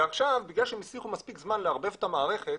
ועכשיו בגלל שהם הצליחו מספיק זמן לערבב את המערכת,